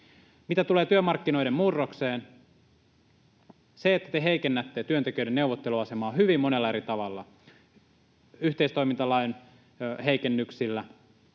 Mitä tulee työmarkkinoiden murrokseen, se, että te heikennätte työntekijöiden neuvotteluasemaa hyvin monella eri tavalla, yhteistoimintalain heikennyksillä